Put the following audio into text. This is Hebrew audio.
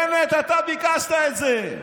בנט, אתה ביקשת את זה,